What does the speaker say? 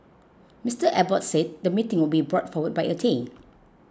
Mister Abbott said the meeting would be brought forward by a day